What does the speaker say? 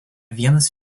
vienas